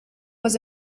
was